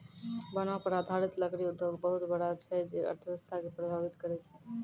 वनो पर आधारित लकड़ी उद्योग बहुत बड़ा छै जे अर्थव्यवस्था के प्रभावित करै छै